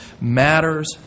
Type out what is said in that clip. matters